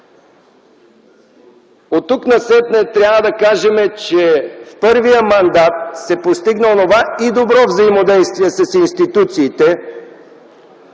Оттук-нататък трябва да кажем, че в първия мандат се постигна онова добро взаимодействие с институциите,